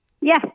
Yes